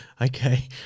okay